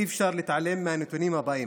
אי-אפשר להתעלם מהנתונים הבאים: